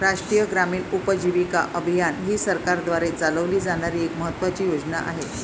राष्ट्रीय ग्रामीण उपजीविका अभियान ही सरकारद्वारे चालवली जाणारी एक महत्त्वाची योजना आहे